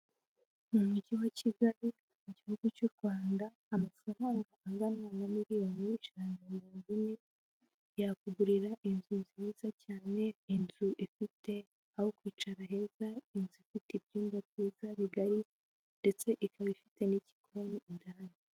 Mu mujyi wa Kigali, mu gihugu cy’u Rwanda, amafaranga angana na miliyoni mirongo itatu, yakugurira inzu nziza cyane. Iyo nzu ifite aho kwicara heza, ifite ibyumba binini kandi byiza, ndetse ikagira n'igikoni cyiza.